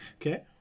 Okay